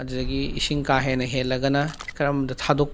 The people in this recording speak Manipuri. ꯑꯗꯨꯗꯒꯤ ꯏꯁꯤꯡ ꯀꯥ ꯍꯦꯟꯅ ꯍꯦꯜꯂꯒꯅ ꯀꯗꯣꯝꯗ ꯊꯥꯗꯣꯛ